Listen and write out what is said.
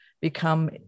become